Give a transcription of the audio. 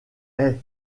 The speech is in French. est